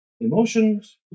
emotions